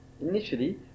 initially